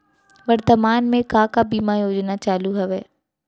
वर्तमान में का का बीमा योजना चालू हवये